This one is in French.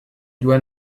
dois